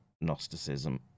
Gnosticism